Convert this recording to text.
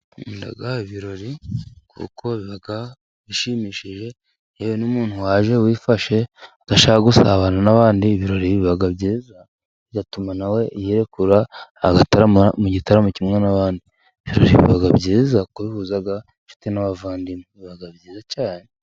Nkunda ibirori kuko biba bishimishije. Yewe n'umuntu waje wifashe udashaka gusabana n'abandi, ibirori biba byiza bigatuma nawe yirekura, agatarama mu gitaramo kimwe n'abandi. Ibirori biba byiza, kuko bihuza inshuti n'abavandimwe. Biba byiza cyane.